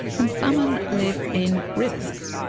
and salmon live in rivers.